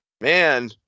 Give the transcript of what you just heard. Man